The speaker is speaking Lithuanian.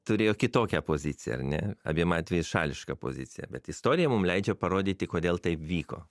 turėjo kitokią poziciją ar ne abiem atvejais šališką poziciją bet istorija mum leidžia parodyti kodėl taip vyko